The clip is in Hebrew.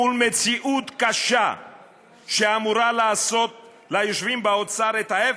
מול מציאות קשה שאמורה לעשות ליושבים באוצר את ההפך.